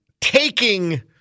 taking